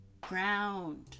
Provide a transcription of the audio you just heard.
ground